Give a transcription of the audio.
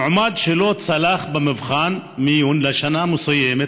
מועמד שלא צלח מבחן מיון בשנה מסוימת